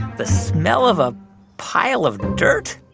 the smell of a pile of dirt?